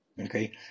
Okay